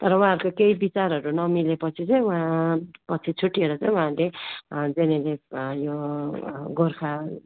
तर उहाँहरूको केही विचारहरू नमिलेपछि चाहिँ उहाँ पछि छुट्टिएर चाहिँ उहाँले जिएनएलएफ यो गोर्खा